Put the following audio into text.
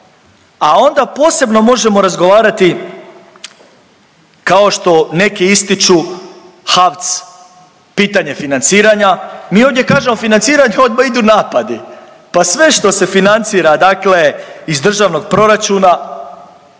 a onda posebno možemo razgovarati kao što neki ističu HAVC pitanje financiranja. Mi ovdje kažemo financiranje, odmah idu napadi. Pa sve što se financira dakle iz državnog proračuna,